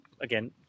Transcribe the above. again